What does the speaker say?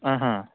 ꯑꯥ ꯑꯥ